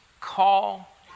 call